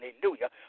hallelujah